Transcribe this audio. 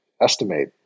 estimate